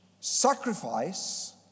Sacrifice